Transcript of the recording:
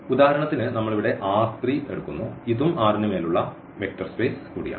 ഉദാഹരണത്തിന് നമ്മളിവിടെ എടുക്കുന്നു ഇതും R ന് മേലുള്ള വെക്റ്റർ സ്പേസ് കൂടിയാണ്